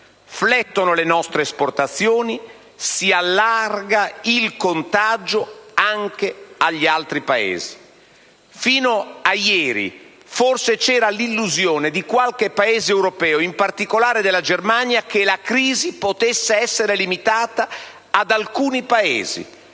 flettono le nostre esportazioni, si allarga il contagio anche agli altri Paesi. Fino a ieri, forse, c'era l'illusione di qualche Paese europeo, in particolare della Germania, che la crisi potesse essere limitata ad alcuni Paesi